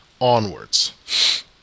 onwards